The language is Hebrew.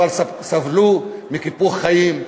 אבל סבלו מקיפוח חיים.